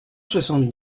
soixante